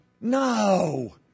No